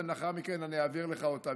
ולאחר מכן אני אעביר לך אותן,